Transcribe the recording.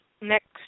next